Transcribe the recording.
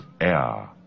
air